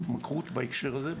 בהתמכרות בהקשר הזה.